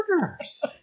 burgers